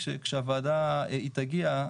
כשהוועדה היא תגיע,